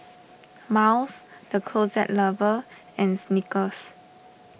Miles the Closet Lover and Snickers